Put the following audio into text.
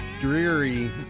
dreary